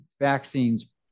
vaccines